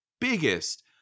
biggest